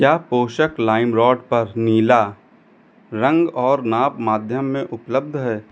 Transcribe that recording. क्या पोषक lime rod पर नीला रंग और नांप माध्यम में उपलब्ध है